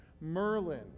Merlin